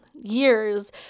years